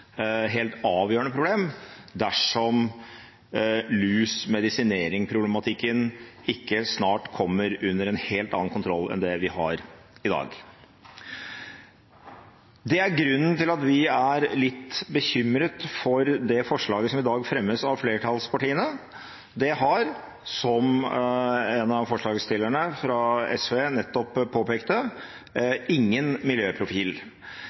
helt avgjørende problem dersom lus- og medisineringsproblematikken ikke snart kommer under en helt annen kontroll enn det vi har i dag. Det er grunnen til at vi er litt bekymret for det forslaget som i dag fremmes av flertallspartiene. Det har, som en av forslagsstillerne fra SV nettopp påpekte, ingen miljøprofil.